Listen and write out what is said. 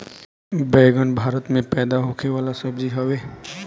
बैगन भारत में पैदा होखे वाला सब्जी हवे